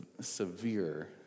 severe